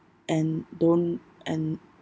and don't and